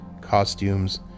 Costumes